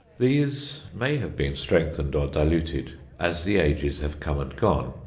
these may have been strengthened or diluted as the ages have come and gone,